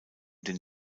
den